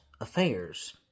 affairs